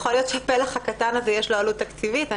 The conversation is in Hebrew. יכול להיות שלפלח הקטן הזה יש עלות תקציבית.